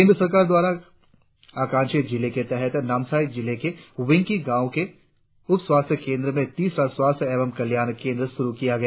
केंद्र सरकार द्वारा आकांक्षी जिले के तहत नामसाई जिले के वींगको गाँव के उप स्वास्थ्य केंद्र में तिसरा स्वास्थ्य एवं कल्याण केंद्र शुरु किया गया